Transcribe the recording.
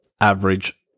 Average